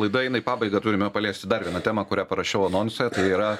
laida eina į pabaigą turime paliesti dar vieną temą kurią parašiau anonse tai yra